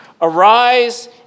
arise